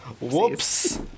whoops